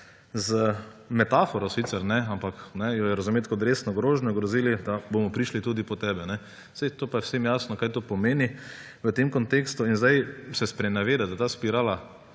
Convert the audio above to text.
z metaforo sicer, ampak jo je razumeti kot resno grožnjo, grozili, »bomo prišli tudi po tebe«. Saj pa je vsem jasno, kaj to pomeni v tem kontekstu. In zdaj se sprenevedati – pa